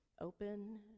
open